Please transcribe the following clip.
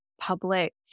public